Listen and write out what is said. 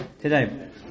today